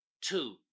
Two